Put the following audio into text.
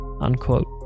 Unquote